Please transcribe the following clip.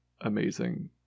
amazing